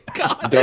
god